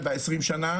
זה השאלה,